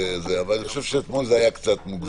אבל אני חושב שאתמול זה היה קצת מוגזם.